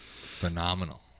phenomenal